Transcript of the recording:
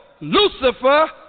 Lucifer